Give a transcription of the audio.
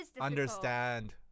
understand